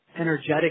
energetic